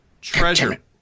Treasure